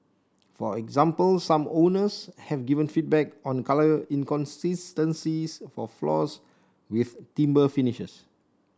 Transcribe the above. for example some owners have given feedback on colour inconsistencies for floors with timber finishes